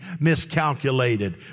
miscalculated